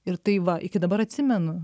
ir tai va iki dabar atsimenu